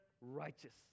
righteous